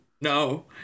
no